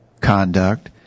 conduct